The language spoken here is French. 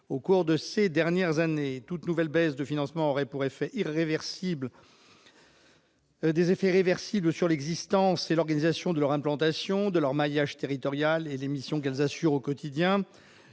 au cours de ces dernières années, toute nouvelle baisse de financement aurait pour effet irréversible. Des effets irréversibles sur l'existence et l'organisation de leur implantation de leur maillage territorial et l'émission qu'elles assurent au quotidien